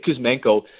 Kuzmenko